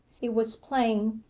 it was plain,